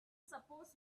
suppose